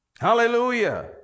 Hallelujah